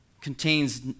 contains